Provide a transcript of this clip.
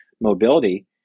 mobility